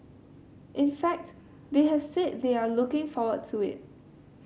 in fact they have said they are looking forward to it